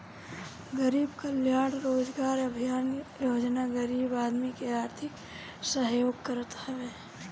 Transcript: गरीब कल्याण रोजगार अभियान योजना गरीब आदमी के आर्थिक सहयोग करत हवे